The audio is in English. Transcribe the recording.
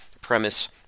premise